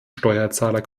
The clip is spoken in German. steuerzahler